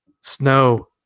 Snow